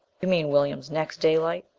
you mean, williams, next daylight.